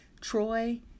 Troy